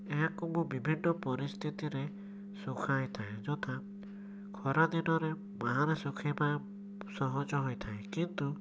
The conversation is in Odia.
ଏହାକୁ ମୁଁ ବିଭିନ୍ନ ପରିସ୍ଥିତିରେ ଶୁଖାଇଥାଏ ଯଥା ଖରାଦିନରେ ବାହାରେ ଶୁଖାଇବା ସହଜ ହୋଇଥାଏ କିନ୍ତୁ